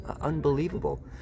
Unbelievable